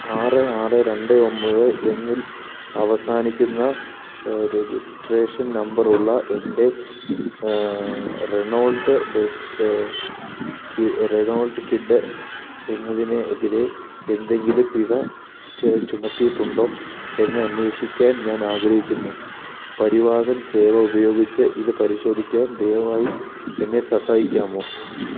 ആറ് ആറ് രണ്ട് ഒമ്പത് എന്നിൽ അവസാനിക്കുന്ന രജിസ്ട്രേഷൻ നമ്പറുള്ള എൻ്റെ റെനോൾട്ട് റെനോൾഡ് കിഡ് എന്നതിന് എതിരെ എന്തെങ്കിലും പിഴ ചുമത്തിയിട്ടുണ്ടോ എന്ന് അന്വേഷിക്കാൻ ഞാൻ ആഗ്രഹിക്കുന്നു പരിവാഹൻ സേവ ഉപയോഗിച്ച് ഇത് പരിശോധിക്കാൻ ദയവായി എന്നെ സഹായിക്കാമോ